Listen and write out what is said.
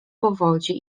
powodzi